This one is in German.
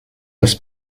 das